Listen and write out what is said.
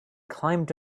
climbed